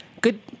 good